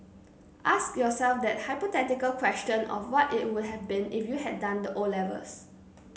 ask yourself that hypothetical question of what it would have been if you had done the O levels